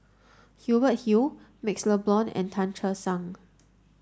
Hubert Hill MaxLe Blond and Tan Che Sang